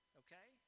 okay